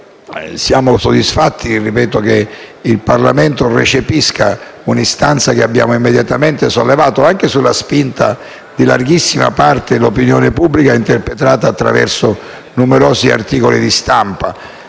Siamo soddisfatti che il Parlamento recepisca un'istanza che abbiamo immediatamente sollevato anche sulla spinta di larghissima parte dell'opinione pubblica attraverso numerosi articoli di stampa.